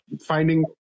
finding